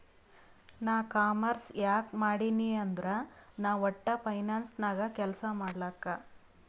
ನಾ ಕಾಮರ್ಸ್ ಯಾಕ್ ಮಾಡಿನೀ ಅಂದುರ್ ನಾ ವಟ್ಟ ಫೈನಾನ್ಸ್ ನಾಗ್ ಕೆಲ್ಸಾ ಮಾಡ್ಲಕ್